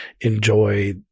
enjoy